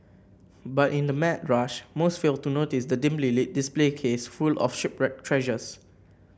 but in the mad rush most fail to notice the dimly lit display case full of shipwreck treasures